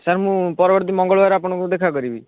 sir ମୁଁ ପରବର୍ତ୍ତୀ ମଙ୍ଗଳବାର ଆପଣଙ୍କୁ ଦେଖା କରିବି